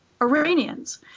Iranians